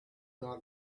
really